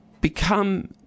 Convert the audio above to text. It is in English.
become